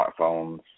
smartphones